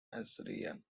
assyrian